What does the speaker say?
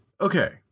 Okay